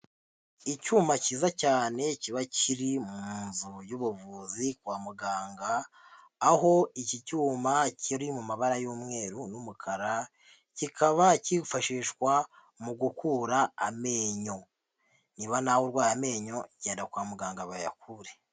Icyuma cyiza cyane kiba kiri mu nzu y'ubuvuzi kwa muganga, aho iki cyuma kiri mu mabara y'umweru n'umukara, kikaba kifashishwa mu gukura amenyo. Niba nawe urwaye amenyo genda kwa muganga bayakure.